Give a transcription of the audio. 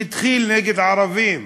שהתחיל נגד ערבים,